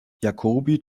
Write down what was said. jacobi